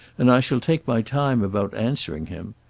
and i shall take my time about answering him.